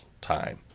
time